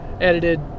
edited